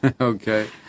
Okay